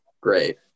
Great